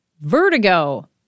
Vertigo